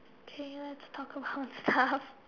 okay lets talk about stuff